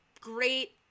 great